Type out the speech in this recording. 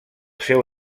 seu